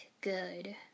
good